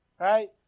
right